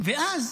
ואז